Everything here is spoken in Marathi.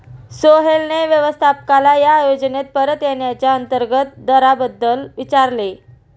सोहेलने व्यवस्थापकाला या योजनेत परत येण्याच्या अंतर्गत दराबद्दल विचारले